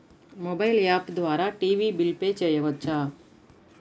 Mobile app ద్వారా TV bill pay చేయవచ్చా?